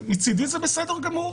מצידי זה בסדר גמור.